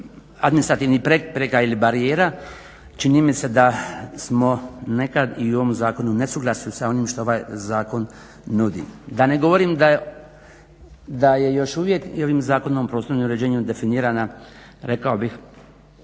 administrativnih prepreka ili barijera čini mi se da smo nekada i u ovom zakonu u nesuglasju sa onim što ovaj zakon nudi. Da ne govorim da je još uvijek i ovim Zakonom o prostornom uređenju definirana rekao bih,